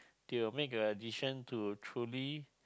to make a decision to truly